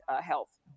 health